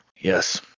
Yes